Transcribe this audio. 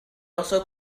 also